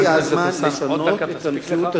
הגיע הזמן לשנות את המציאות הזו,